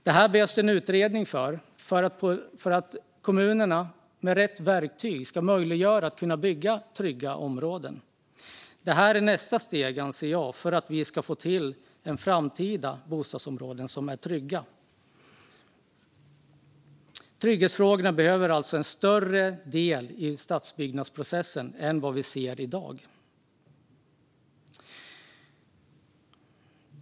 Det behövs en utredning för att möjliggöra för kommunerna att bygga trygga områden med rätt verktyg. Det är nästa steg, anser jag, för att vi i framtiden ska få till bostadsområden som är trygga. Trygghetsfrågorna behöver alltså bli en större del i stadsbyggnadsprocessen än vad vi ser i dag.